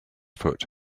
foot